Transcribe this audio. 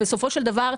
בסופו של דבר,